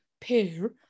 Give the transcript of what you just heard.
pair